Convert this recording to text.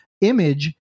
image